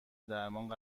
درمان